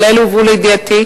אבל אלה הובאו לידיעתי,